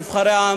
נבחרי העם,